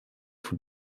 for